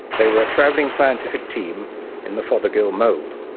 they were a travelling scientific team in the fothergill mould.